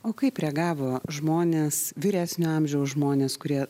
o kaip reagavo žmonės vyresnio amžiaus žmonės kurie